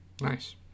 nice